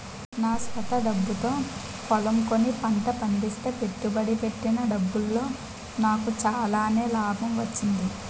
నా స్వంత డబ్బుతో పొలం కొని పంట పండిస్తే పెట్టుబడి పెట్టిన డబ్బులో నాకు చాలానే లాభం వచ్చింది